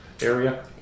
area